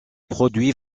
produits